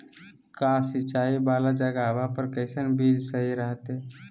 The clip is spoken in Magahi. कम सिंचाई वाला जगहवा पर कैसन बीज सही रहते?